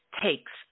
takes